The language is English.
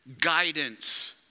guidance